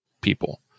people